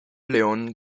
león